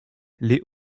les